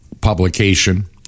publication